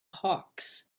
hawks